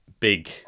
Big